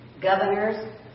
governors